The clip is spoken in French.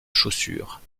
chaussures